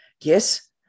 yes